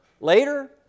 later